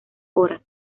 horas